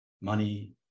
money